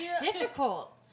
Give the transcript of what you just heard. Difficult